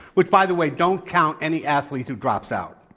which by the way, don't count any athlete who drops out.